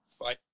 Bye